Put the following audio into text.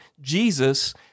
Jesus